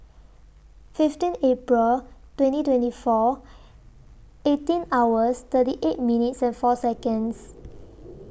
fifteen April twenty twenty four eighteen hours thirty eight minutes and four Seconds